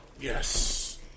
Yes